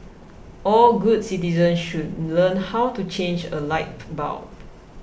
all good citizens should learn how to change a light bulb